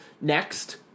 Next